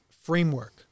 framework